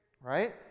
right